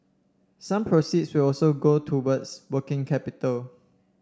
some proceeds will also go towards working capital